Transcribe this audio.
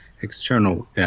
external